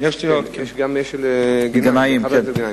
ישירות בין קופת-החולים למגן-דוד-אדום,